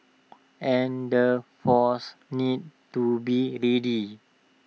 and forces need to be ready